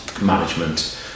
management